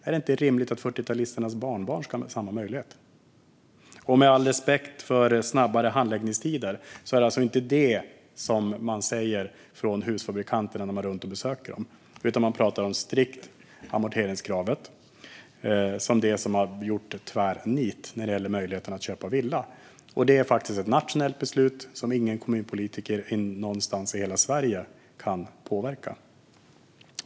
Med all respekt för att det är viktigt med kortare handläggningstider: Det är inte handläggningstiderna som husfabrikanterna tar upp när man är runt och besöker dem. De pratar i stället strikt om amorteringskravet som det som har orsakat en tvärnit för möjligheten att köpa en villa, och det är faktiskt ett nationellt beslut som ingen kommunpolitiker någonstans i hela Sverige kan påverka.